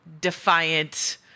defiant